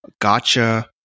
gotcha